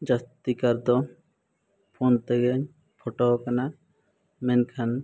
ᱡᱟᱹᱥᱛᱤᱠᱟᱨ ᱫᱚ ᱯᱷᱳᱱ ᱛᱮᱜᱮᱧ ᱯᱷᱳᱴᱳ ᱠᱟᱱᱟ ᱢᱮᱱᱠᱷᱟᱱ